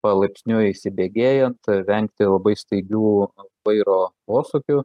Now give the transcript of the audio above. palaipsniui įsibėgėjant vengti labai staigių vairo posūkių